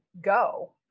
go